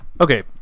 okay